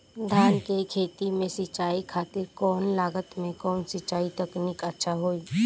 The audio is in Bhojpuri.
धान के खेती में सिंचाई खातिर कम लागत में कउन सिंचाई तकनीक अच्छा होई?